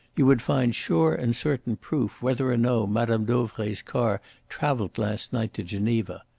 you would find sure and certain proof whether or no madame dauvray's car travelled last night to geneva.